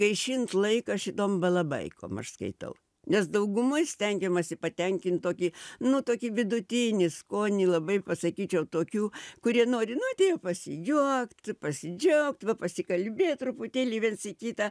gaišint laiką šitom balabaikom aš skaitau nes daugumoj stengiamasi patenkint tokį nu tokį vidutinį skonį labai pasakyčiau tokių kurie nori nu atėjo pasijuokt pasidžiaugt va pasikalbėt truputėlį viens į kitą